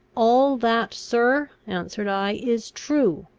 all that, sir, answered i, is true.